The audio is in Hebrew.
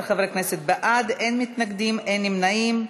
19 חברי כנסת בעד, אין מתנגדים, אין נמנעים.